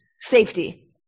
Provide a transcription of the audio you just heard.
safety